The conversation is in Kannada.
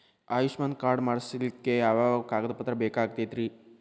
ಆಯುಷ್ಮಾನ್ ಕಾರ್ಡ್ ಮಾಡ್ಸ್ಲಿಕ್ಕೆ ಯಾವ ಯಾವ ಕಾಗದ ಪತ್ರ ಬೇಕಾಗತೈತ್ರಿ?